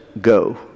go